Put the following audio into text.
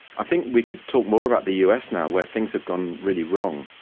i think we could talk more about the us now where things have gone really wrong.